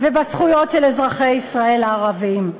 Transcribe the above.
ובזכויות של אזרחי ישראל הערבים.